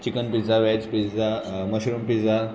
chicken pizza veg pizza mushroom pizza